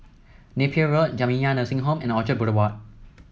Napier Road Jamiyah Nursing Home and Orchard Boulevard